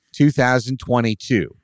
2022